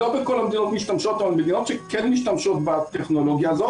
לא כל המדינות משתמשות אבל מדינות שכן משתמשות בטכנולוגיה הזאת,